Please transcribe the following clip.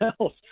else